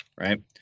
right